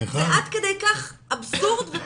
זה עד כדי כך אבסורד ופשוט.